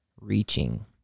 reaching